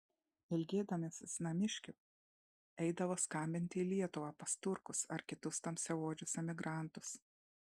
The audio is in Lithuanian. ilgėdamasis namiškių eidavo skambinti į lietuvą pas turkus ar kitus tamsiaodžius emigrantus